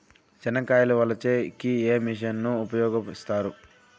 చెనక్కాయలు వలచే కి ఏ మిషన్ ను ఉపయోగిస్తారు?